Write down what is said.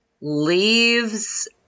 leaves